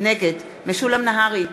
נגד משולם נהרי,